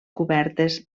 cobertes